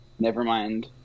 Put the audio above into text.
nevermind